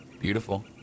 beautiful